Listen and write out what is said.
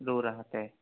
ᱨᱩ ᱨᱟᱦᱟ ᱛᱮ